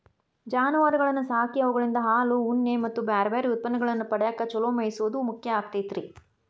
ಜಾನುವಾರಗಳನ್ನ ಸಾಕಿ ಅವುಗಳಿಂದ ಹಾಲು, ಉಣ್ಣೆ ಮತ್ತ್ ಬ್ಯಾರ್ಬ್ಯಾರೇ ಉತ್ಪನ್ನಗಳನ್ನ ಪಡ್ಯಾಕ ಚೊಲೋ ಮೇಯಿಸೋದು ಮುಖ್ಯ ಆಗಿರ್ತೇತಿ